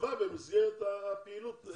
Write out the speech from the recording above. בצבא במסגרת הפעילות.